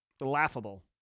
Laughable